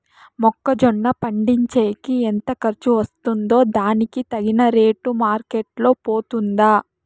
మొక్క జొన్న పండించేకి ఎంత ఖర్చు వస్తుందో దానికి తగిన రేటు మార్కెట్ లో పోతుందా?